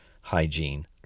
hygiene